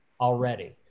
already